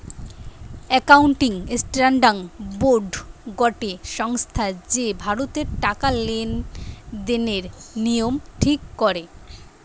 accounting standard board গটে সংস্থা যে ভারতের টাকা লেনদেনের নিয়ম ঠিক করে